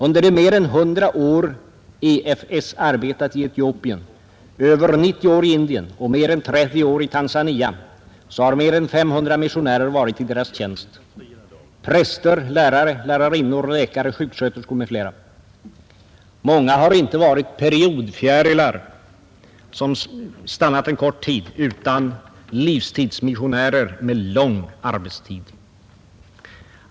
Under de mer än 100 år EFS arbetat i Etiopien, över 90 år i Indien och mer än 30 år i Tanzania har mer än 500 missionärer varit i dess tjänst: präster, lärare, lärarinnor, läkare, sjuksköterskor m.fl. Många har inte varit ”periodfjärilar” som stannat en kort tid utan ”livstidsmissionärer” med lång tjänstetid.